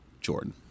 Jordan